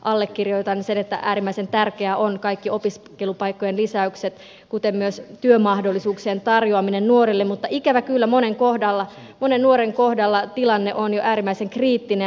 allekirjoitan sen että äärimmäisen tärkeitä ovat kaikki opiskelupaikkojen lisäykset kuten myös työmahdollisuuksien tarjoaminen nuorille mutta ikävä kyllä monen nuoren kohdalla tilanne on jo äärimmäisen kriittinen